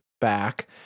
back